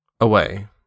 Away